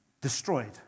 destroyed